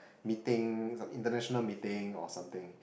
meeting international meeting or something